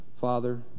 Father